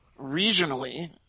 regionally